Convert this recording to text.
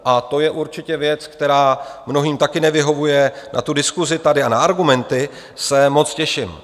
A to je určitě věc, která mnohým také nevyhovuje, a na tu diskusi tady a argumenty se moc těším.